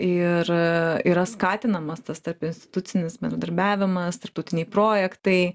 ir yra skatinamas tas tarpinstitucinis bendradarbiavimas tarptautiniai projektai